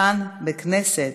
כאן בכנסת,